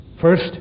first